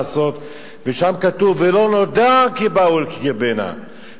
ושם כתוב: ולא נודע כי באו אל קרבנה,